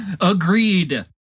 Agreed